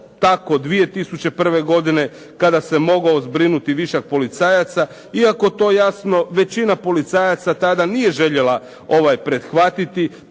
tako 2001. godine kada se mogao zbrinuti višak policajaca, iako to jasno većina policajaca tada nije željela prihvatiti